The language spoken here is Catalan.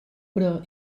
però